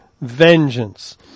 Vengeance